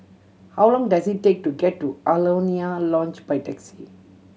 how long does it take to get to Alaunia Lodge by taxi